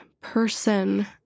person